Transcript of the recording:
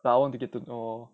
but I want to get to know